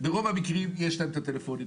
ברוב המקרים יש להם את מספרי הטלפון.